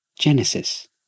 Genesis